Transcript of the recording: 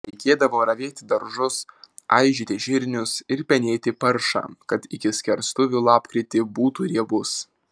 reikėdavo ravėti daržus aižyti žirnius ir penėti paršą kad iki skerstuvių lapkritį būtų riebus